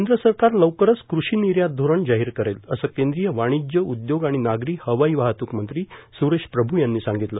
केंद्र सरकार लवकरच कृषी निर्यात धोरण जाहीर करेल असं केंद्रीय वाणिज्य उदयोग आणि नागरी हवाई वाहतूक मंत्री सुरेश प्रभू यांनी सांगितलं